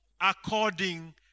according